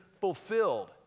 fulfilled